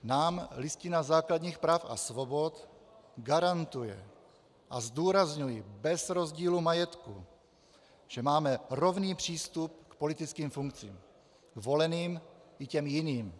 Nám Listina základních práv a svobod garantuje, a zdůrazňuji, bez rozdílu majetku, že máme rovný přístup k politickým funkcím, voleným i těm jiným.